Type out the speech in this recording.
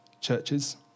churches